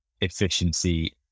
efficiency